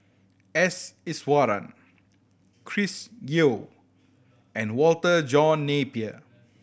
S Iswaran Chris Yeo and Walter John Napier